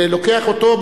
ולוקח אותו,